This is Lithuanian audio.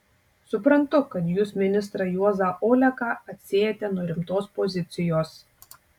suprantu kad jūs ministrą juozą oleką atsiejate nuo rimtos pozicijos